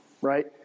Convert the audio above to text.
Right